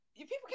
People